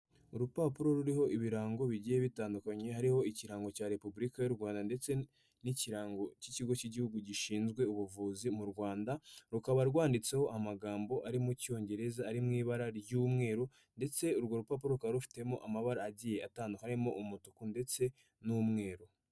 Urupapuro ruriho ibirango bigiye bitandukanye hariho ikirango cya repubulika y'uRwanda ndetse n'ikirango cy'ikigo cy'igihugu gishinzwe ubuvuzi mu rwanda rukaba rwanditseho amagambo ari mu cyongereza ari mu ibara ry'umweru ndetse urwo rupapuro rukaba rufitemo amabara agiye atandukanye harimo umutuku ndetse n'umweru.